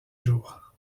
jours